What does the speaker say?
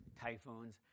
typhoons